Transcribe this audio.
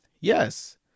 Yes